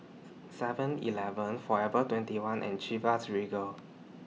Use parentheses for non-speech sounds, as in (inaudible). (noise) Seven Eleven Forever twenty one and Chivas Regal